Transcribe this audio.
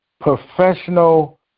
professional